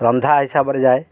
ରନ୍ଧା ହିସାବରେ ଯାଏ